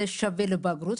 זה שווה לבגרות.